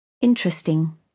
Interesting